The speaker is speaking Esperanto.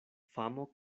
famo